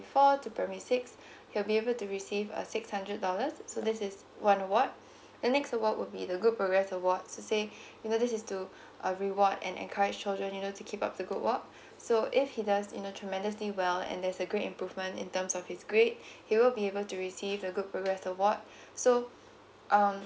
four to primary six he'll be able to receive uh six hundred dollars so this is one award and next award would be the good progress award so say you know this is to uh reward and encourage children you know to keep up the good work so if he does in a tremendously well and there's a great improvement in terms of his grade he will be able to receive the good progress award so um